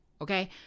Okay